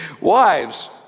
Wives